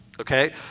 okay